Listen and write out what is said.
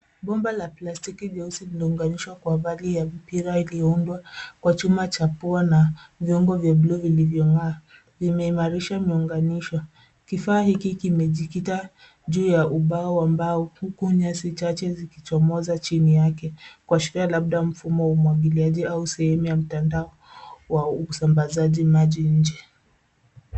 Bomba la plastiki jeusi lililounganishwa kwa vali ya mpira iliyoundwa kwa chuma cha pua na viungo vya bluu vilivyong'aa vimeimarisha miunganisho. Kifaa hiki kimejikita juu ya ubao wa mbao huku nyasi chache zikichomoza chini yake, kuashiria labda mfumo wa umwagiliaji au sehemu ya mtandao wa usambazaji maji nje.